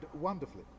wonderfully